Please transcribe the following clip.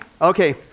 Okay